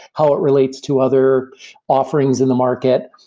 how it relates to other offerings in the market?